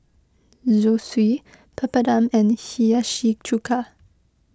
Zosui Papadum and Hiyashi Chuka